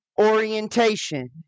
orientation